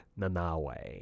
nanawe